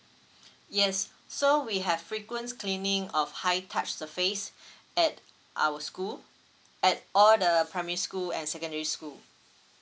yes so we have frequent cleaning of high touched surface at our school at all the primary school and secondary school